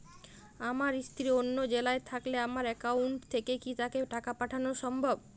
আমার স্ত্রী অন্য জেলায় থাকলে আমার অ্যাকাউন্ট থেকে কি তাকে টাকা পাঠানো সম্ভব?